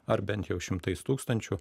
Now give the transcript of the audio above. ar bent jau šimtais tūkstančių